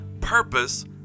purpose